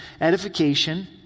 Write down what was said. edification